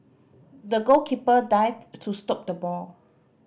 the goalkeeper dived to stop the ball